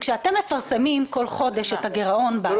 כשאתם מפרסמים כל חודש את הגירעון באתר -- לא,